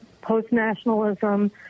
post-nationalism